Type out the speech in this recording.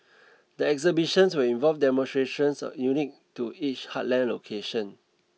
the exhibitions will involve demonstrations of unique to each heartland location